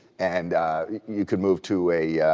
and you can move to a